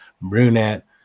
brunette